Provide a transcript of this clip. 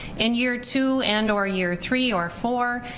in year two and or year three or four,